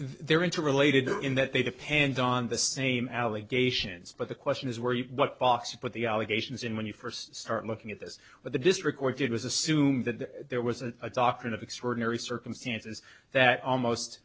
they are interrelated in that they depend on the same allegations but the question is where you what box but the allegation is in when you first start looking at this but the district court did was assume that there was a doctrine of extraordinary circumstances that almost